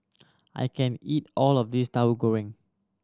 I can't eat all of this Tahu Goreng